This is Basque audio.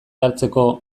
hartzeko